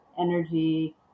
energy